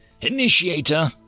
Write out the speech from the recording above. Initiator